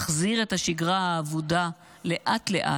נחזיר את השגרה האבודה לאט-לאט.